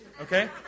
Okay